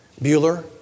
Bueller